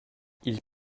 ils